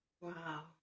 Wow